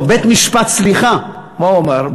לא, בית-משפט, סליחה, מה הוא אמר?